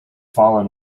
fallen